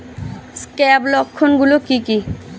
Scab লক্ষণ গুলো কি কি?